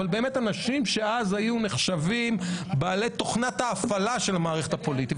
אבל באמת אנשים שאז היו נחשבים בעלי תוכנת הפעלה של מערכת הפוליטית,